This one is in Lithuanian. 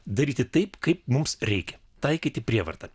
daryti taip kaip mums reikia taikyti prievartą